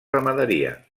ramaderia